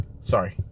Sorry